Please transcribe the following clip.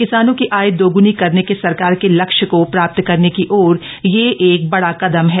किसानों की आय दोगुनी करने के सरकार के लक्ष्य को प्राप्त करने की ओर यह एक बड़ा कदम है